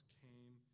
came